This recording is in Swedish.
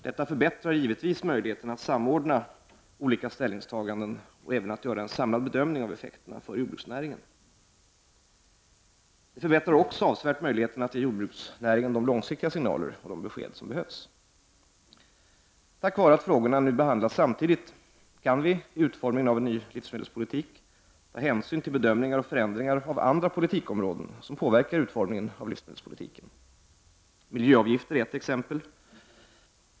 Detta förbättrar givetvis möjligheterna att samordna olika ställningstaganden och även att göra en samlad bedömning av effekterna för jordbruksnäringen. Det förbättrar också avsevärt möjligheten att ge jordbruksnäringen de långsiktiga signaler och de besked som behövs. Tack vare att frågorna nu behandlas samtidigt kan vi i utformningen av en ny livsmedelspolitik ta hänsyn till bedömningar och förändringar av andra politikområden som påverkar utformningen av livsmedelspolitiken. Miljöavgifter är ett exempel.